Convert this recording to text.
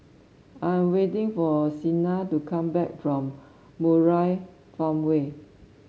I am waiting for Sina to come back from Murai Farmway